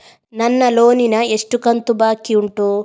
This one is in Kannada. ನನ್ನ ಲೋನಿನ ಎಷ್ಟು ಕಂತು ಬಾಕಿ ಉಂಟು?